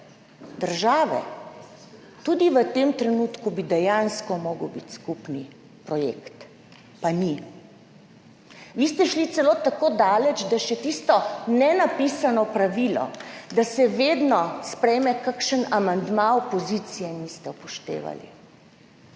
države bi tudi v tem trenutku dejansko moral biti skupni projekt, pa ni. Vi ste šli celo tako daleč, da še tistega nenapisanega pravila, da se vedno sprejme kakšen amandma opozicije, niste upoštevali.